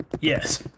Yes